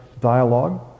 Dialogue